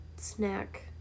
snack